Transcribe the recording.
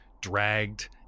dragged